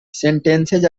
sentences